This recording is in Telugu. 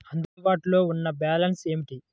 అందుబాటులో ఉన్న బ్యాలన్స్ ఏమిటీ?